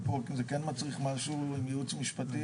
ופה זה כן מצריך ייעוץ משפטי,